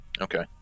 Okay